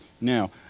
Now